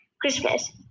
Christmas